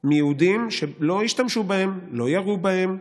מיהודים שלא השתמשו בהם, לא ירו בהם,